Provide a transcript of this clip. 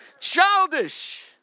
childish